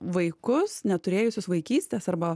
vaikus neturėjusius vaikystės arba